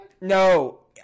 No